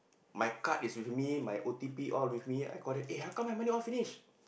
my card is with me my O_T_P all with me I call that eh how come my money all finish